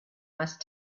must